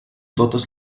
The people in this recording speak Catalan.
totes